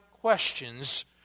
questions